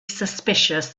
suspicious